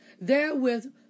Therewith